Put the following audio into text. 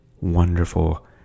wonderful